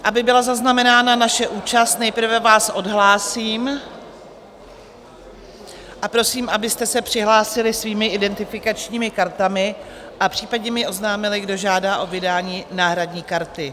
Aby byla zaznamenána naše účast, nejprve vás odhlásím a prosím, abyste se přihlásili svými identifikačními kartami a případně mi oznámili, kdo žádá o vydání náhradní karty.